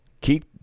keep